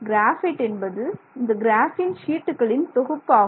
graphite என்பது இந்த graphene ஷீட்டுகளின் தொகுப்பாகும்